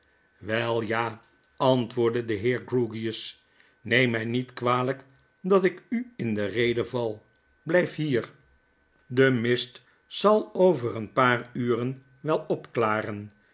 wel ja antwoordde de heer grewgious neem my niet kwalyk dat ik u in de rede val bltjf hier de mist zal over een paar uren wel opklaren